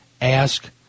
Ask